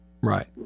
Right